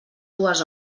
dues